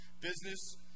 business